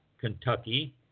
Kentucky